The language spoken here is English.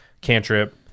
cantrip